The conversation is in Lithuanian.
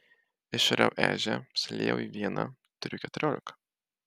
išariau ežią suliejau į vieną turiu keturiolika